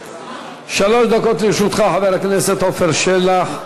שלוש דקות לרשות חבר הכנסת עפר שלח.